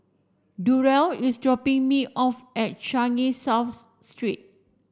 Durrell is dropping me off at Changi South Street